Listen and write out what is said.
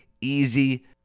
easy